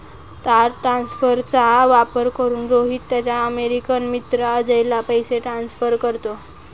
तार ट्रान्सफरचा वापर करून, रोहित त्याचा अमेरिकन मित्र अजयला पैसे ट्रान्सफर करतो